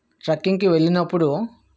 ట్రెక్కింగ్కి వెళ్ళినప్పుడు